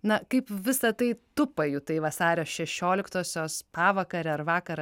na kaip visa tai tu pajutai vasario šešioliktosios pavakarę ar vakarą